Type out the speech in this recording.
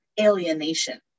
alienation